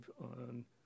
on